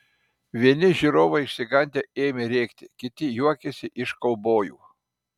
vieni žiūrovai išsigandę ėmė rėkti kiti juokėsi iš kaubojų